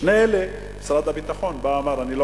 לשני אלה משרד הביטחון בא ואמר שהוא לא